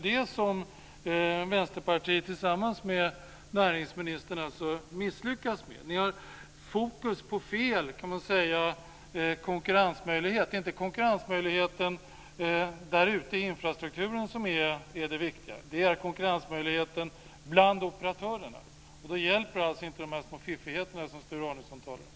Men Vänsterpartiet och näringsministern misslyckas med detta. Ni har fokus på fel konkurrensmöjlighet. Det är inte konkurrensmöjligheten där ute i infrastrukturen som är det viktiga. Det är konkurrensmöjligheten bland operatörerna som är viktig. Då hjälper alltså inte de här små fiffigheterna som Sture Arnesson talar om.